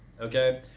Okay